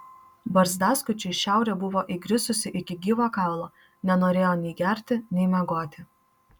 barzdaskučiui šiaurė buvo įgrisusi iki gyvo kaulo nenorėjo nei gerti nei miegoti